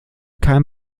kein